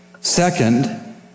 Second